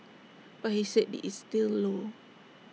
but he said this is still low